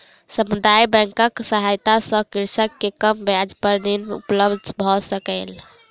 समुदाय बैंकक सहायता सॅ कृषक के कम ब्याज पर ऋण उपलब्ध भ सकलै